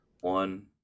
one